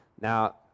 Now